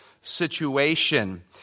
situation